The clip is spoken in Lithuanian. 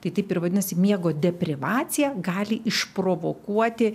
tai taip ir vadinasi miego deprivacija gali išprovokuoti